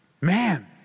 man